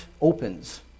opens